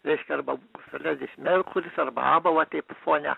reiškia arba fredis merkuris arba aba va teip fone